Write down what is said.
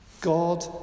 God